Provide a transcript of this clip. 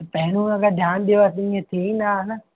पहिरूं अगरि ध्यानु ॾियो हा अॼु इअं थिए ई न हा न